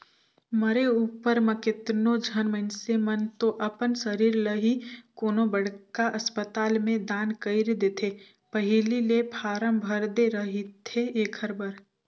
मरे उपर म केतनो झन मइनसे मन तो अपन सरीर ल ही कोनो बड़खा असपताल में दान कइर देथे पहिली ले फारम भर दे रहिथे एखर बर